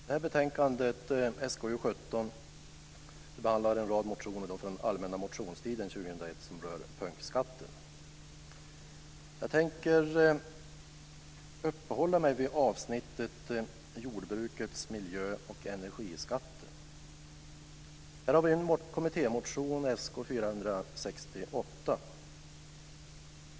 Herr talman! Betänkande SkU17 behandlar en rad motioner från allmänna motionstiden 2001 som rör punktskatter. Jag tänker uppehålla mig vid avsnittet Jordbrukets miljö och energiskatter. Här har vi en kommittémotion Sk468.